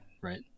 right